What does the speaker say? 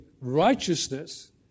righteousness